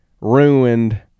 ruined